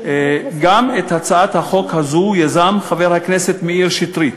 גם את הצעת החוק הזו יזם חבר הכנסת מאיר שטרית.